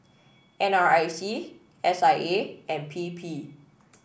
N R I C S I A and P P